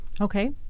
Okay